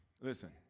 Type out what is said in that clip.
Listen